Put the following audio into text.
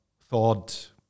thought